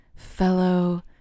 fellow